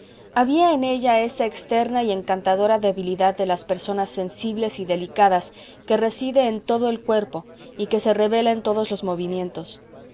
había en ella esa externa y encantadora debilidad de las personas sensibles y delicadas que reside en todo el cuerpo y que se revela en todos los movimientos